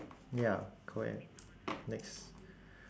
ya correct next